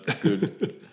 good